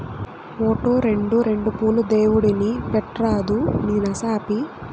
ఓటో, రోండో రెండు పూలు దేవుడిని పెట్రాదూ నీ నసాపి